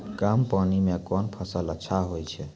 कम पानी म कोन फसल अच्छाहोय छै?